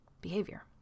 behavior